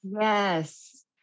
Yes